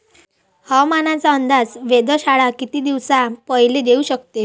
हवामानाचा अंदाज वेधशाळा किती दिवसा पयले देऊ शकते?